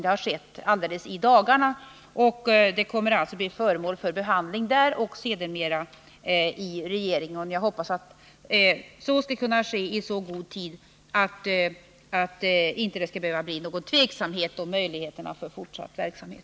Det har skett alldeles i dagarna, och ansökan kommer alltså att bli föremål för behandling i delegationen och sedermera i regeringen. Jag hoppas att det skall kunna ske i så god tid att det inte behöver bli någon tveksamhet om möjligheterna för fortsatt verksamhet.